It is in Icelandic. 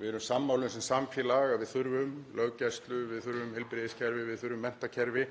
Við erum sammála sem samfélag um að við þurfum löggæslu, við þurfum heilbrigðiskerfi, við þurfum menntakerfi.